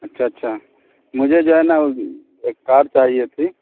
اچھا اچھا مجھے جو ہے نا ایک کار چاہیے تھی